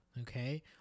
okay